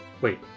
Wait